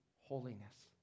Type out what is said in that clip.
holiness